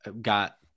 got